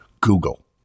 google